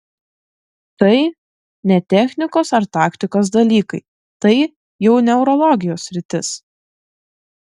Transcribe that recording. tai ne technikos ar taktikos dalykai tai jau neurologijos sritis